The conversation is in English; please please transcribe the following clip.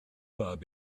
fight